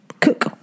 cook